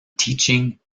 teaching